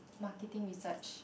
marketing research